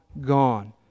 gone